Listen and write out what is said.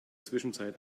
zwischenzeit